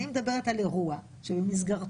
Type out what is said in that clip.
אני מדברת על אירוע שבמסגרתו